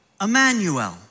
Emmanuel